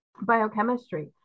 biochemistry